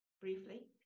briefly